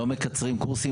לא מקצרים קורסים,